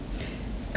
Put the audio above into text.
可是 hor